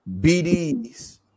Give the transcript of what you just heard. BDs